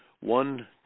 one